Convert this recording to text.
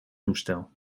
toestel